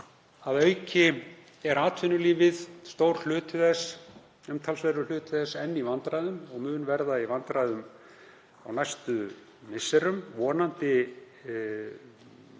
að auki er atvinnulífið, stór hluti þess, umtalsverður hluti þess, enn í vandræðum og mun verða í vandræðum á næstu misserum. Vonandi er